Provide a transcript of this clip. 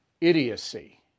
idiocy